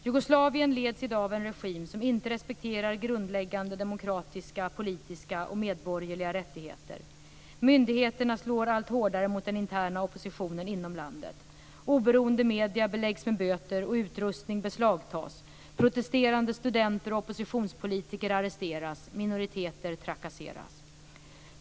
Jugoslavien leds i dag av en regim som inte respekterar grundläggande demokratiska, politiska och medborgerliga rättigheter. Myndigheterna slår allt hårdare mot den interna oppositionen inom landet. Oberoende medier beläggs med böter och utrustning beslagtas, protesterande studenter och oppositionspolitiker arresteras, minoriteter trakasseras.